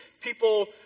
People